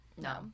no